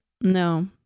No